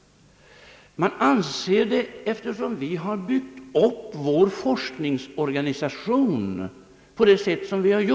Vi har ju byggt upp vår forskningsorganisation med de fria forskningsråden.